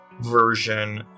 version